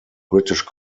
british